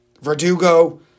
Verdugo